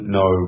no